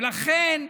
לכן,